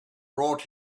brought